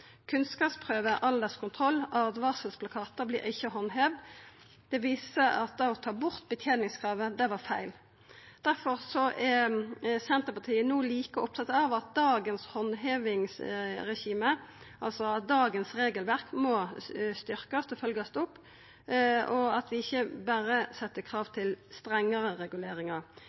ikkje handheva. Det viser at det å ta bort kravet om betening var feil. Difor er Senterpartiet no like opptatt av at dagens handhevingsregime, altså dagens regelverk, må styrkjast og følgjast opp, og at vi ikkje berre set krav til strengare reguleringar.